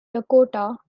dakota